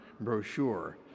brochure